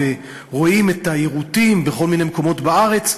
ורואים את היירוטים בכל מיני מקומות בארץ,